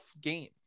game